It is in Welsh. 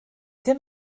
dim